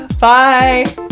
Bye